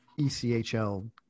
ECHL